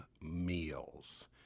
Meals